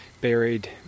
buried